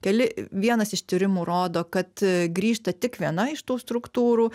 keli vienas iš tyrimų rodo kad grįžta tik viena iš tų struktūrų